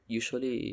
usually